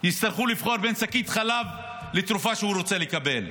יצטרכו לבחור בין שקית חלב לתרופה שרוצים לקבל.